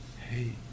hey